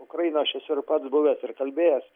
ukrainoj aš esu ir pats buvęs ir kalbėjęs